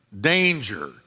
danger